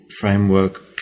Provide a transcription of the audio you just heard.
framework